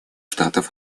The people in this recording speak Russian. штатов